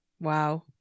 Wow